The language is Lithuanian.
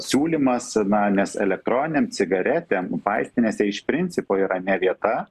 siūlymas na nes elektroninėm cigaretėm vaistinėse iš principo yra ne vieta